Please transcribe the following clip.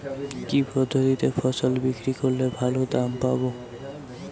কি পদ্ধতিতে ফসল বিক্রি করলে ভালো দাম পাব?